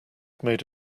made